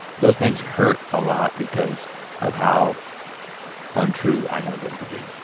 those things hurt a lot because of how untrue i know them to be.